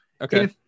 Okay